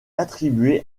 attribué